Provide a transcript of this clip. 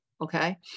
Okay